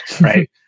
right